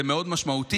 זה מאוד משמעותי.